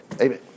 Amen